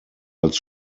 als